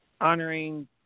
honoring